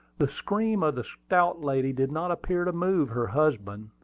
the scream of the stout lady did not appear to move her husband,